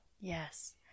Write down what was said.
Yes